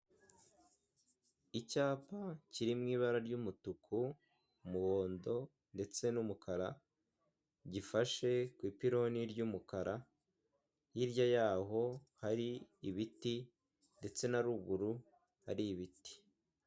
Icyapa kiri mu ibara ry'umutuku, umuhondo ndetse n'umukara gifashe ku ipironi ry'umukara, hirya y'aho hari ibiti ndetse na ruguru hari ibiti.